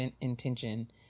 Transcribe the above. intention